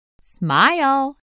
SMILE